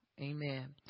Amen